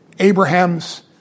Abraham's